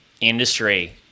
industry